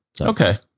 Okay